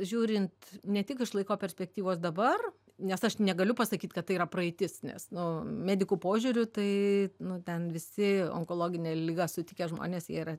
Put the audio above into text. žiūrint ne tik iš laiko perspektyvos dabar nes aš negaliu pasakyt kad tai yra praeitis nes nu medikų požiūriu tai nu ten visi onkologinę ligą sutikę žmonės jie yra